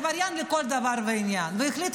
זה עבריין לכל דבר ועניין,